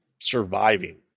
surviving